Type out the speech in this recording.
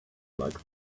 like